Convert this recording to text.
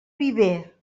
viver